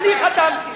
אני חתמתי.